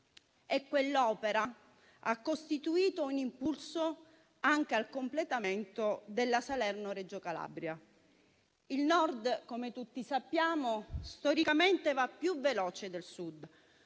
Quell'opera ha costituito un impulso anche al completamento della Salerno-Reggio Calabria. Il Nord, come tutti sappiamo, storicamente va più veloce del Sud;